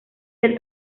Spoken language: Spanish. del